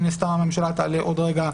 שמן הסתם הממשלה תעלה עוד רגע,